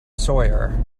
sawyer